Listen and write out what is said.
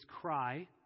cry